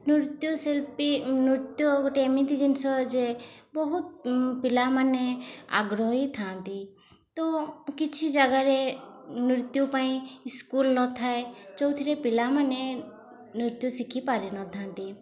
ନୃତ୍ୟଶିଳ୍ପୀ ନୃତ୍ୟ ଗୋଟେ ଏମିତି ଜିନିଷ ଯେ ବହୁତ ପିଲାମାନେ ଆଗ୍ରହୀ ଥାନ୍ତି ତ କିଛି ଜାଗାରେ ନୃତ୍ୟ ପାଇଁ ସ୍କୁଲ୍ ନଥାଏ ଯେଉଁଥିରେ ପିଲାମାନେ ନୃତ୍ୟ ଶିଖି ପାରିନଥାନ୍ତି